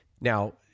Now